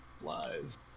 lies